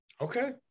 Okay